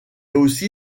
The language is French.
aussi